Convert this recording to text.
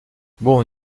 bon